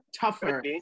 tougher